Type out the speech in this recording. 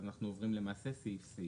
ואז אנחנו עוברים למעשה סעיף-סעיף.